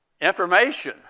Information